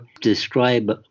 describe